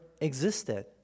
existed